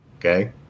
Okay